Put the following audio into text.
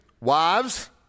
wives